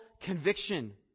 conviction